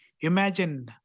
imagine